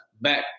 back